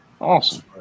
Awesome